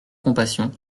compassion